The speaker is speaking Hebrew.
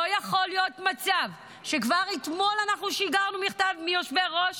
לא יכול להיות מצב שכבר אתמול אנחנו שיגרנו מכתב מיושבי-ראש